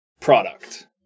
product